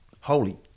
Holy